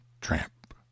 tramp